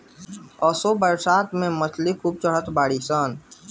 असो बरसात में मछरी खूब चढ़ल बाड़ी सन